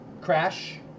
Crash